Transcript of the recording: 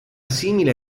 simile